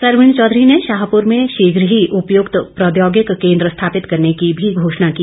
सरवीण चौधरी ने शाहपुर में शीघ्र ही उपयुक्त प्रौद्योगिक केन्द्र स्थापित करने की भी घोषणा की